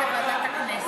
ועדת מדע?